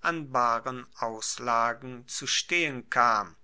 an baren auslagen zu stehen kam